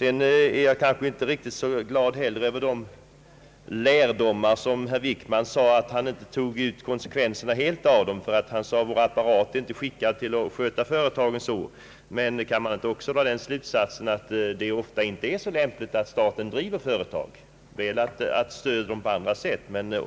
Jag är inte heller riktigt glad över de lärdomar som herr Wickman sade att man fått men som han inte drog ut konsekvenserna helt av, då han förklarade att vår nuvarande apparat är inte tillräcklig för att sköta företagen. Men kan man inte också dra den slutsatsen, att det ofta inte är lämpligt att staten dri ver företag utan att man i stället bör stödja dem på annat sätt?